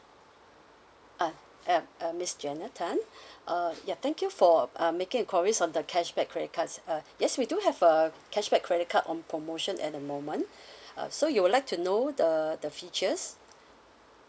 uh uh uh miss jenna tan uh ya thank you for uh making inquiries on the cashback credit cards uh yes we do have a cashback credit card on promotion at the moment uh so you would like to know the the features